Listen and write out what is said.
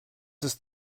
ist